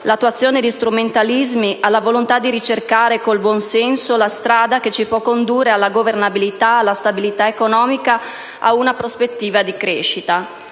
l'attuazione di strumentalismi, alla volontà di ricercare, con il buonsenso, la strada che ci può condurre alla governabilità, alla stabilità economica, a una prospettiva di crescita.